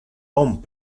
bon